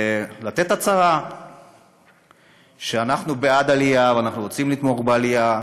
ולתת הצהרה שאנחנו בעד עלייה ורוצים לתמוך בעלייה,